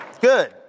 Good